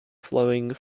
flowing